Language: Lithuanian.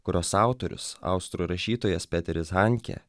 kurios autorius austrų rašytojas peteris hankė